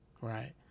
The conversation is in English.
Right